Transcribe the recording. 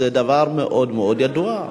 זה דבר מאוד מאוד ידוע.